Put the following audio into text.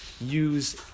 use